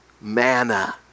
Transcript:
Manna